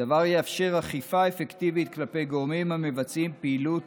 הדבר יאפשר אכיפה אפקטיבית כלפי גורמים המבצעים פעילות